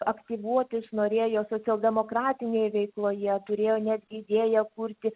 aktyvuotis norėjo socialdemokratinėj veikloje turėjo netgi idėją kurti